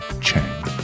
Chang